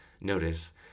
Notice